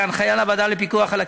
כהנחיה לוועדה לפיקוח על הקרן,